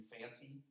fancy